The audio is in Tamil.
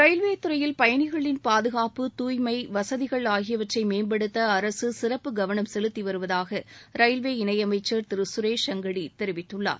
ரயில்வே துறையில் பயணிகளின் பாதுகாப்பு துய்மை வசதிகள் ஆகியவற்றை மேம்படுத்த அரசு சிறப்பு கவனம் செலுத்தி வருவதாக ரயில்வே இணையமைச்சர் திரு சுரேஷ் அங்காடி தெரிவித்துள்ளார்